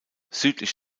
südlich